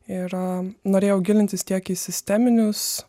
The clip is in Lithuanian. ir norėjau gilintis tiek į sisteminius